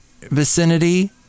vicinity